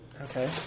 Okay